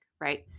right